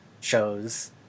shows